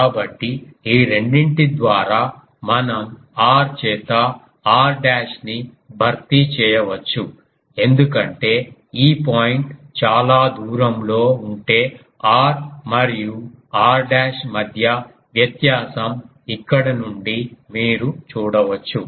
కాబట్టి ఈ రెండింటి ద్వారా మనం r చేత r డాష్ ని భర్తీ చేయవచ్చు ఎందుకంటే ఈ పాయింట్ చాలా దూరంలో ఉంటే r మరియు r డాష్ మధ్య వ్యత్యాసం ఇక్కడ నుండి మీరు చూడవచ్చు